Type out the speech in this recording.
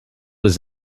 was